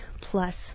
plus